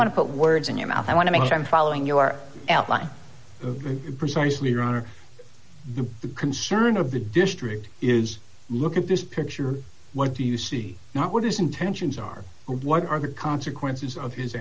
want to put words in your mouth i want to make sure i'm following you are very precisely ron or the concern of the district is look at this picture what do you see not what his intentions are what are the consequences of his